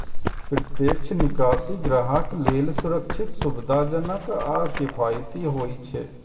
प्रत्यक्ष निकासी ग्राहक लेल सुरक्षित, सुविधाजनक आ किफायती होइ छै